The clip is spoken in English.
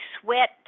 sweat